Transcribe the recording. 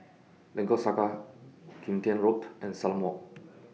Lengkok Saga Kim Tian Road and Salam Walk